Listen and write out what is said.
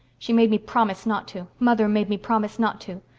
she made me promise not to mother made me promise not to.